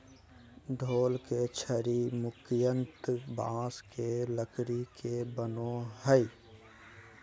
ढोल के छड़ी मुख्यतः बाँस के लकड़ी के बनो हइ